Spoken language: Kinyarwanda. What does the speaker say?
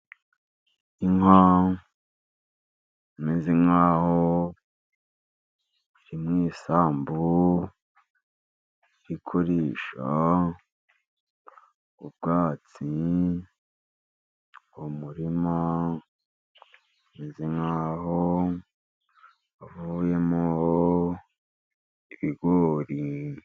Inka imeze nk'aho iri mu isambu iri kurisha ubwatsi, umurima umeze nk'aho wavuyemo ibigori.